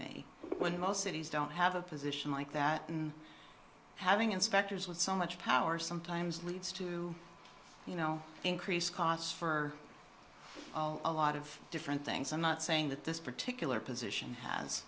me when most cities don't have a position like that and having inspectors with so much power sometimes leads to you know increased costs for a lot of different things i'm not saying that this particular position has